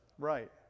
Right